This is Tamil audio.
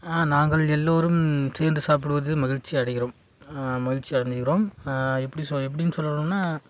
ஆ நாங்கள் எல்லோரும் சேர்ந்து சாப்பிடுவது மகிழ்ச்சி அடைகிறோம் மகிழ்ச்சி அடைஞ்சிக்கிறோம் எப்படி சொ எப்படின்னு சொல்லணுன்னால்